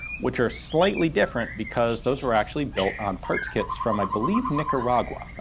which are slightly different because those were actually built on parts kits from, i believe, nicaragua,